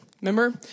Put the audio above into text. Remember